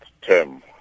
term